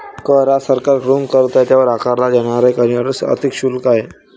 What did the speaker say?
कर हा सरकारकडून करदात्यावर आकारला जाणारा एक अनिवार्य आर्थिक शुल्क आहे